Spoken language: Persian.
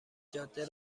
جاده